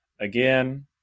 again